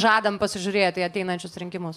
žadam pasižiūrėti į ateinančius rinkimus